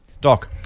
Doc